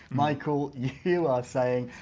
michael, you are saying,